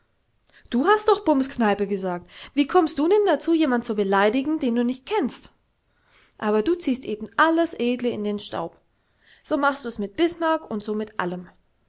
du hast doch bumskneipe gesagt wie kommst du denn dazu jemand zu beleidigen den du nicht kennst aber du ziehst eben alles edle in den staub so machst dus mit bismarck und so mit allem